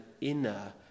inner